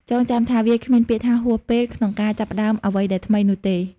ចងចាំថា វាគ្មានពាក្យថា "ហួសពេល" ក្នុងការចាប់ផ្តើមអ្វីដែលថ្មីនោះទេ។